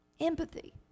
Empathy